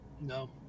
No